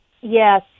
Yes